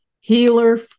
healer